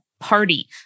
Party